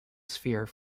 sphere